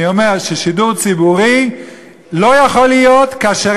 אני אומר ששידור ציבורי לא יכול להיות כאשר